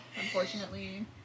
Unfortunately